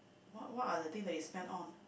what what are the thing that you spend on